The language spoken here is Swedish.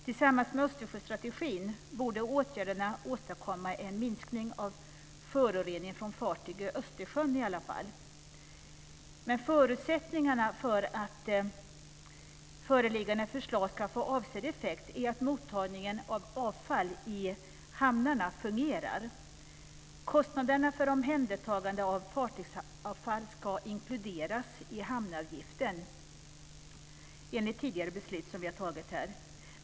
Tillsammans med Östersjöstrategin borde åtgärderna åstadkomma en minskning av förorening från fartyg i Östersjön i alla fall. Men förutsättningarna för att föreliggande förslag ska få avsedd effekt är att mottagningen av avfall i hamnarna fungerar. Kostnaderna för omhändertagande av fartygsavfall ska inkluderas i hamnavgiften enligt tidigare beslut som vi har fattat här.